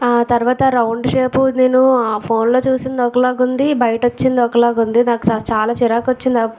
ఆ తర్వాత round shape నేను ఆ ఫోన్లో చూసింది ఒకలాగా ఉంది బయట వచ్చింది ఒకలాగా ఉంది నాకు చాలా చిరాకు వచ్చింది